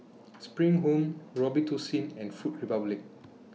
SPRING Home Robitussin and Food Republic